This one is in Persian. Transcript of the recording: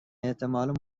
احتمال